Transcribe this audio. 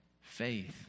faith